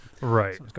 Right